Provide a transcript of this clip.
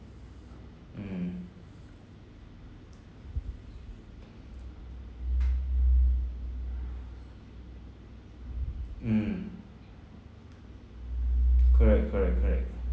mm mm correct correct correct